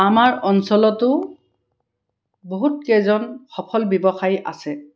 আমাৰ অঞ্চলতো বহুত কেইজন সফল ব্যৱসায়ী আছে